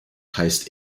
heißt